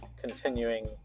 continuing